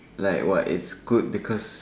like what it's good because